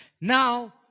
Now